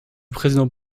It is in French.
président